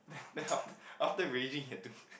then then after after raging he had to